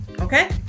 okay